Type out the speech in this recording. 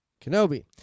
Kenobi